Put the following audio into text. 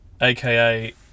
aka